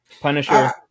Punisher